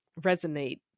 resonate